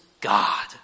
God